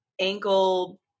ankle